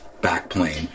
backplane